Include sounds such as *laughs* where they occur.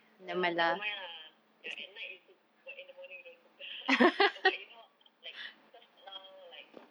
well nevermind lah ya at night you cook but in the morning don't cook *laughs* oh but you know like because now like